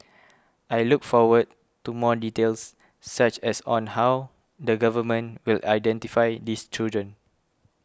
I look forward to more details such as on how the government will identify these children